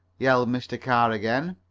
yelled mr. carr again.